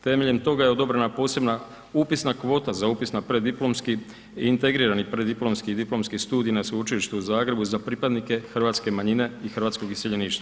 Temeljem toga je odobrena posebna upisna kvota za upis na preddiplomski, integrirani preddiplomski i diplomski studij na Sveučilištu u Zagrebu za pripadnike hrvatske manjine i hrvatskog iseljeništva.